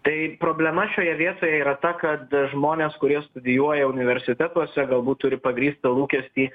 tai problema šioje vietoje yra ta kad žmonės kurie studijuoja universitetuose galbūt turi pagrįstą lūkestį